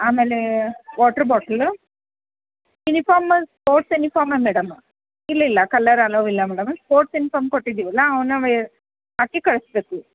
ಆಮೇಲೆ water bottle uniform sports uniform madam ಇಲ್ಲಿಲ್ಲ colour ಅಲೋ ಇಲ್ಲ ಮೇಡಮ್ ಸ್ಪೋರ್ಟ್ಸ್ ಇನಿಫಾರ್ಮ್ ಕೊಟ್ಟಿದ್ದೀವಲ್ಲ ಅವುನವೇ ಹಾಕಿ ಕಳಿಸ್ಬೇಕು